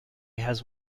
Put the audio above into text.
has